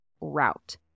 route